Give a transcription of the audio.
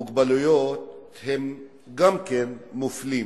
אבל אנחנו יודעים שגם בעלי מוגבלויות הם מופלים,